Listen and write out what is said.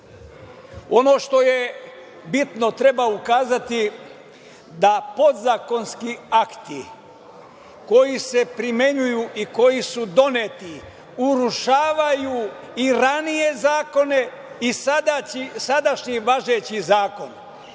što je bitno, treba ukazati da podzakonski akti koji se primenjuju i koji su doneti, urušavaju i ranije zakone i sadašnji važeći zakon.